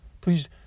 Please